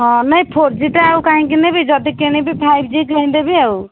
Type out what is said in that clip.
ହଁ ନାଇ four G ଟା ଆଉ କାହିଁକି ନେବି ଯଦି କିଣିବି ଫାଇଭ୍ ଜି କିଣିଦେବି ଆଉ